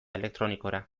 elektronikora